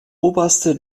oberste